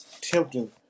tempting